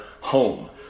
home